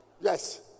Yes